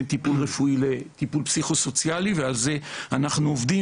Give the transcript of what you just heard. בין טיפול רפואי לטיפול פסיכו-סוציאלי ועל זה אנחנו עובדים,